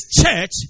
church